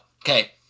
Okay